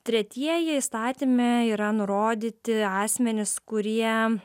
tretieji įstatyme yra nurodyti asmenys kurie